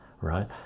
right